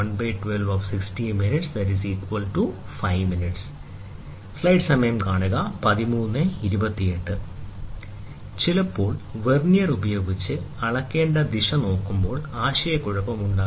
D Least Count 112×1° Least Count 11260 Least Count 5' ചിലപ്പോൾ vernier ഉപയോഗിച്ച് അളക്കേണ്ട ദിശ വായിക്കുന്നതിൽ ആശയക്കുഴപ്പം ഉണ്ടാകുന്നു